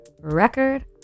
record